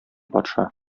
патша